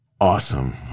Awesome